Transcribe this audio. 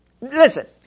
Listen